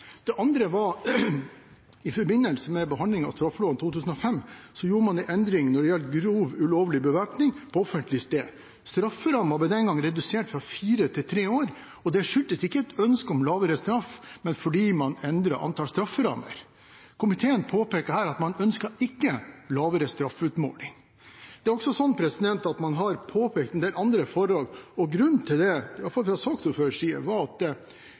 Det andre er i forbindelse med behandlingen av straffeloven 2005. Der gjorde man en endring når det gjaldt grov ulovlig bevæpning på offentlig sted. Strafferammen ble den gangen redusert fra fire til tre år. Det skyldtes ikke et ønske om lavere straff, men at man endret antall strafferammer. Komiteen påpeker her at man ikke ønsker lavere straffeutmåling. Man har også påpekt en del andre forhold. Grunnen til det – i hvert fall fra saksordførerens side – var at det